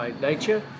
nature